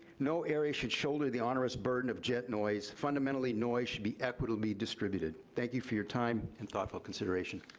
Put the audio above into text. no area should shoulder the onerous burden of jet noise. fundamentally, noise should be equitably distributed. thank you for your time and thoughtful consideration.